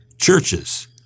churches